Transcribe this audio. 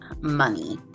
Money